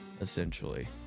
essentially